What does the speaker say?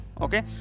Okay